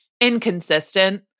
inconsistent